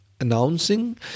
announcing